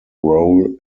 role